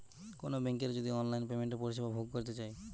কোনো বেংকের যদি অনলাইন পেমেন্টের পরিষেবা ভোগ করতে চাই